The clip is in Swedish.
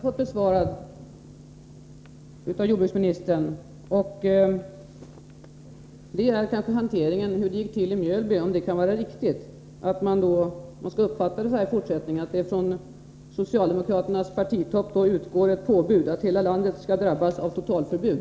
Herr talman! Min fråga beträffande hur det gick till i Mjölby har jag inte fått besvarad av jordbruksministern. Skall man uppfatta det så att det från socialdemokraternas partitopp utgått ett påbud om att hela landet skall drabbas av totalförbud?